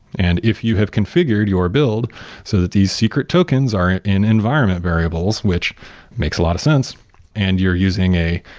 and if you have configured your build so that these secret tokens are in environment variables, which makes a lot of sense and you're using a,